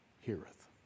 heareth